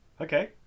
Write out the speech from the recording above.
Okay